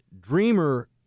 Dreamer